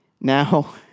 Now